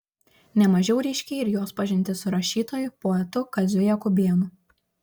ne mažiau ryški ir jos pažintis su rašytoju poetu kaziu jakubėnu